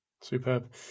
Superb